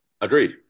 Agreed